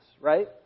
right